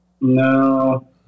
No